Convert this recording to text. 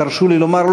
תרשו לי לומר,